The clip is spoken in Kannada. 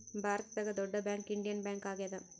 ಭಾರತದಾಗ ದೊಡ್ಡ ಬ್ಯಾಂಕ್ ಇಂಡಿಯನ್ ಬ್ಯಾಂಕ್ ಆಗ್ಯಾದ